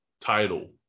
title